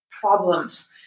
problems